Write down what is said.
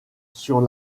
sur